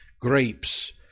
grapes